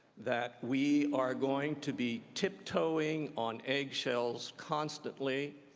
that we are going to be tiptoeing on egg shells constantly,